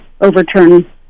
overturn